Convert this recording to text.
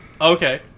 Okay